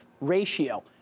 ratio